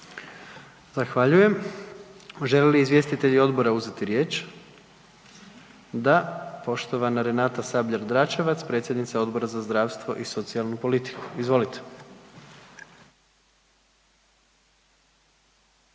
Zahvaljujem. Žele li izvjestitelji odbora uzeti riječ? Da, poštovana Renata Sabljak Dračevac, predsjednica Odbora za zdravstvo i socijalnu politiku. Izvolite.